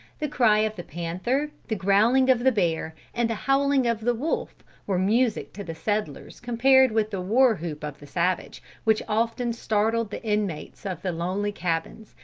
the cry of the panther, the growling of the bear, and the howling of the wolf, were music to the settlers compared with the war-hoop of the savage, which often startled the inmates of the lonely cabins,